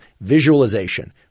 visualization